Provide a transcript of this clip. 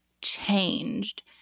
changed